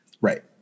Right